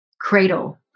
cradle